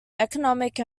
economic